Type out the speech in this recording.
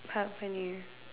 Palak-Paneer